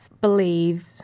believes